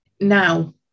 now